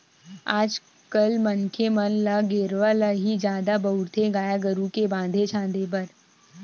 आज कल मनखे मन ल गेरवा ल ही जादा बउरथे गाय गरु के बांधे छांदे बर